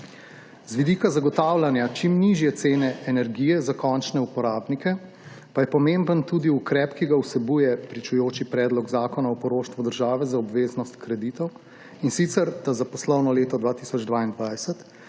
Z vidika zagotavljanja čim nižje cene energije za končne uporabnike pa je pomemben tudi ukrep, ki ga vsebuje pričujoči predlog zakona o poroštvu države za obveznost kreditov, in sicer da za poslovno leto 2022